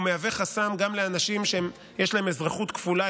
הוא מהווה חסם גם לאנשים שיש להם אזרחות כפולה,